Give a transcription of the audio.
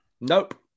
Nope